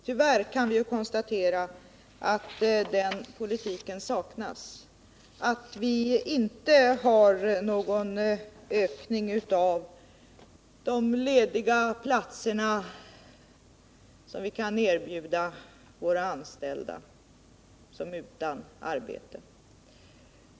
Tyvärr kan vi konstatera att den politiken saknas, att vi inte har någon ökning av antalet lediga platser som vi kan erbjuda de anställda som blivit utan arbete.